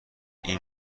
این